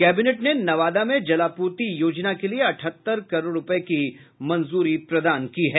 cabinet ने नवादा में जलापूर्ति योजना के लिए अठहत्तर करोड़ रूपये की मंजूरी दी है